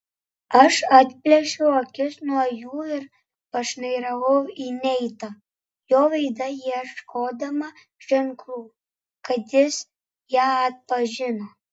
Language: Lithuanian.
aš atplėšiau akis nuo jų ir pašnairavau į neitą jo veide ieškodama ženklų kad jis ją atpažino